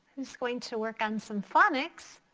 who's going to work on some phonics.